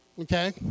Okay